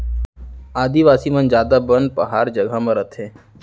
आदिवासी मन जादा बन पहार जघा म रथें